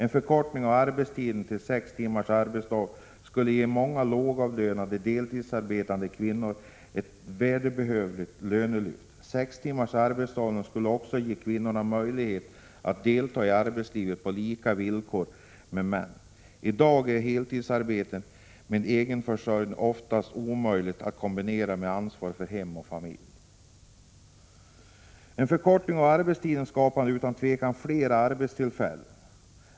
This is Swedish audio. En förkortning av arbetstiden till sex timmars arbetsdag skulle ge många lågavlönade deltidsarbetande kvinnor ett välbehövligt lönelyft. Sex timmars arbetsdag skulle också ge kvinnorna möjligheter att delta i arbetslivet på lika villkor med männen. I dag är heltidsarbete med egen försörjning oftast omöjligt att kombinera med ansvar för hem och familj. En förkortning av arbetstiden skapar utan tvivel fler arbetstillfällen.